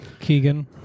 Keegan